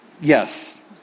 Yes